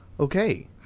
Okay